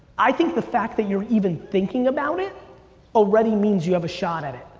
i think the fact that you're even thinking about it already means you have a shot at it.